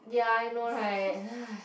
ya I know right